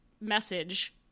Message